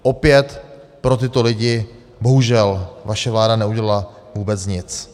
Opět pro tyto lidi bohužel vaše vláda neudělal vůbec nic.